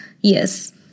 Yes